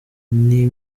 iyi